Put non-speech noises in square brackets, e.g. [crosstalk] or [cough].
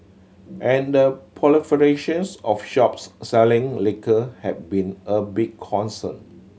and the [unintelligible] of shops selling liquor have been a big concern